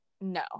No